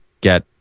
get